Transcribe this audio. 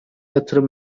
yatırım